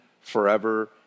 forever